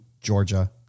Georgia